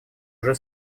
уже